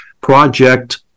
project